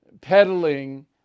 peddling